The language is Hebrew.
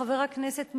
חבר הכנסת מולה,